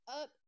up